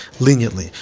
leniently